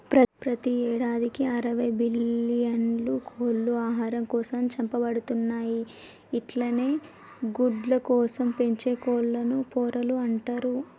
ప్రతి యేడాదికి అరవై బిల్లియన్ల కోళ్లు ఆహారం కోసం చంపబడుతున్నయి అట్లనే గుడ్లకోసం పెంచే కోళ్లను పొరలు అంటరు